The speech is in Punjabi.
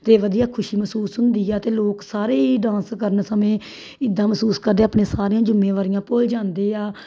ਅਤੇ ਵਧੀਆ ਖੁਸ਼ੀ ਮਹਿਸੂਸ ਹੁੰਦੀ ਆ ਅਤੇ ਲੋਕ ਸਾਰੇ ਹੀ ਡਾਂਸ ਕਰਨ ਸਮੇਂ ਇੱਦਾਂ ਮਹਿਸੂਸ ਕਰਦੇ ਆਪਣੇ ਸਾਰੀਆਂ ਜ਼ਿੰਮੇਵਾਰੀਆਂ ਭੁੱਲ ਜਾਂਦੇ ਆ